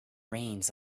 reins